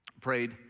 prayed